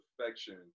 affection